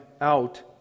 out